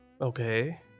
Okay